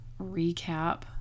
recap